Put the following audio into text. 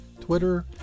Twitter